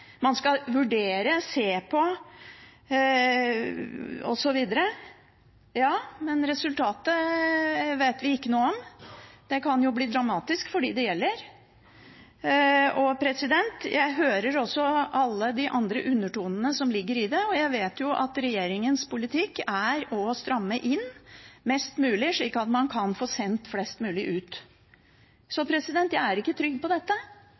kan bli dramatisk for dem det gjelder. Jeg hører også alle de andre undertonene som ligger i det, og jeg vet at regjeringens politikk er å stramme inn mest mulig, slik at man kan få sendt flest mulig ut. Så jeg er ikke trygg på dette,